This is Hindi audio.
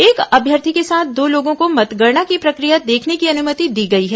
एक अभ्यर्थी के साथ दो लोगों को मतगणना की प्रक्रिया देखने की अनुमति दी गई है